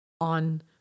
on